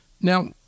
Now